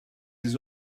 des